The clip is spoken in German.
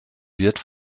wird